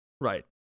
Right